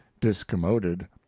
discommoded